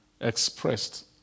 expressed